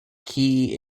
key